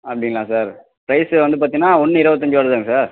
அப்படிங்களா sir price வந்து பார்த்தீங்கன்னா ஒன்று இருபத்தஞ்சு வருதாங்க சார்